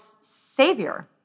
savior